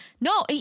no